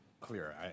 clear